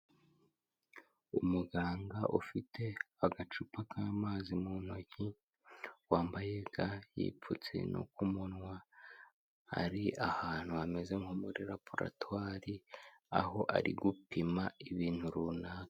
Umuganga ufite agacupa k'amazi mu ntoki, wambaye ga yipfutse no ku ku munwa, ari ahantu hameze nko muri laboratwari aho ari gupima ibintu runaka.